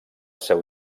seu